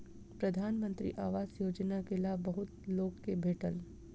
प्रधानमंत्री आवास योजना के लाभ बहुत लोक के भेटल